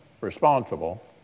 responsible